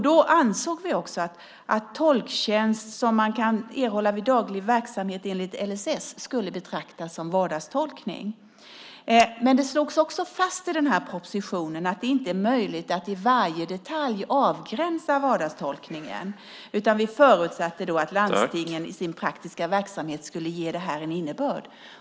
Då ansåg vi också att tolktjänst som man kan erhålla vid daglig verksamhet enligt LSS skulle betraktas som vardagstolkning. Men det slogs också fast i denna proposition att det inte är möjligt att i varje detalj avgränsa vardagstolkningen, utan vi förutsatte då att landstingen i sin praktiska verksamhet skulle ge detta en innebörd.